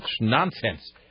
Nonsense